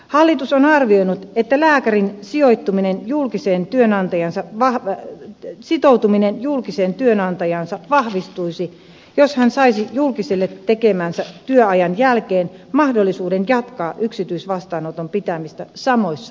hallitus on arvioinut että lääkärin sitoutuminen julkiseen työnantajaansa vahvistuisi jos hän saisi julkiselle tekemänsä työajan jälkeen mahdollisuuden jatkaa yksityisvastaanoton pitämistä samoissa työtiloissa